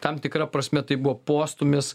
tam tikra prasme tai buvo postūmis